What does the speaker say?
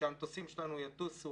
שהמטוסים שלנו יטוסו,